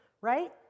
Right